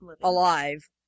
alive